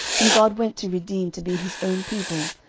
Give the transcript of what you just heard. whom god went to redeem to be his own people,